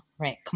Right